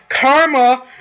Karma